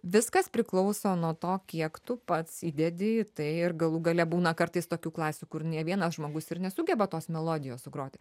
viskas priklauso nuo to kiek tu pats įdedi į tai ir galų gale būna kartais tokių klasių kur nė vienas žmogus ir nesugeba tos melodijos sugroti